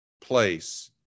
place